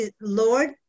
Lord